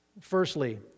firstly